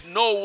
no